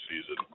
season